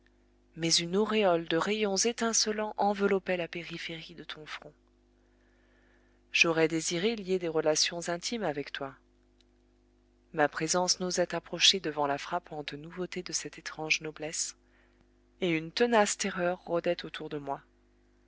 mais une auréole de rayons étincelants enveloppait la périphérie de ton front j'aurais désiré lier des relations intimes avec toi ma présence n'osait approcher devant la frappante nouveauté de cette étrange noblesse et une tenace terreur rôdait autour de moi